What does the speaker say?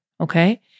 Okay